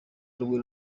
rumwe